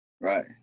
Right